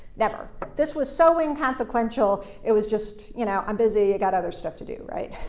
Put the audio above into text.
never. this was so inconsequential. it was just, you know, i'm busy. i've got other stuff to do. right?